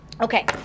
Okay